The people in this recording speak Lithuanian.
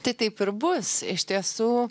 tai taip ir bus iš tiesų